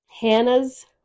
hannah's